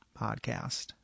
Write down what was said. podcast